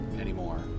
anymore